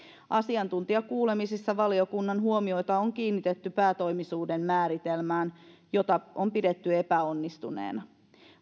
asiantuntijakuulemisissa valiokunnan huomiota on kiinnitetty päätoimisuuden määritelmään jota on pidetty epäonnistuneena